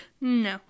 no